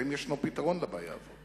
האם יש פתרון לבעיה הזאת?